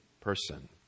person